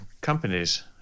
companies